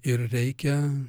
ir reikia